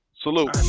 salute